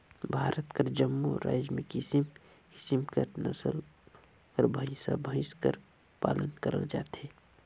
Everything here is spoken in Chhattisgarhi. भारत कर जम्मो राएज में किसिम किसिम कर नसल कर भंइसा भंइस कर पालन करल जाथे